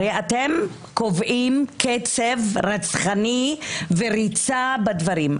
הרי אתם קובעים קצב רצחני וריצה בדברים,